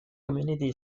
community